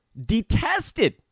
detested